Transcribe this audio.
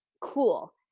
cool